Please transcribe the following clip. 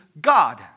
God